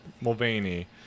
Mulvaney